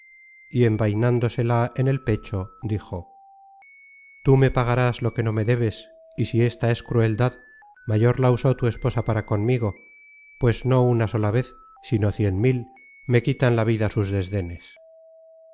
y envainándosela en el pecho dijo tú me pagarás lo que no me debes y si ésta es crueldad mayor la usó tu esposa para conmigo pues no una vez sola sino cien mil me quitan la vida sus desdenes